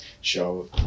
show